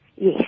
Yes